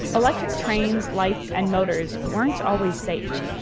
electric trains, lights and motors weren't always safe,